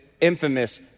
Infamous